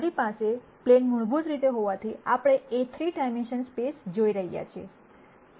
મારી પાસે પ્લેન મૂળભૂત રીતે હોવાથી આપણે A₃ ડાયમેન્શનલ સ્પેસ જોઈ રહ્યા છીએ